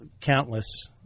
countless